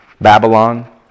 Babylon